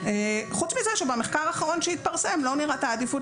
חוץ מזה שבמחקר האחרון שהתפרסם לא נראתה עדיפות